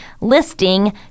listing